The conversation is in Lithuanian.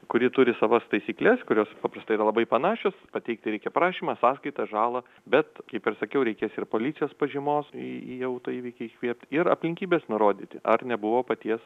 kuri turi savas taisykles kurios paprastai yra labai panašios pateikti reikia prašymą sąskaitą žalą bet kaip ir sakiau reikės ir policijos pažymos į autoįvykį iškviest ir aplinkybes nurodyti ar nebuvo paties